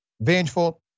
vengeful